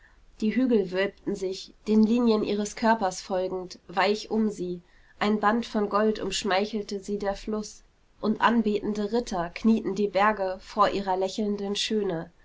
die hügel wölbten sich den linien ihres körpers folgend weich um sie ein band von gold umschmeichelte sie der fluß und anbetende ritter knieten die berge vor ihrer lächelnden schöne